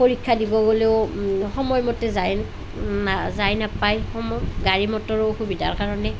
পৰীক্ষা দিব গ'লেও সময়মতে যাই না যাই নাপায় সম গাড়ী মটৰৰো অসুবিধাৰ কাৰণে